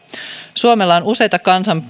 suomella on useita